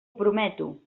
prometo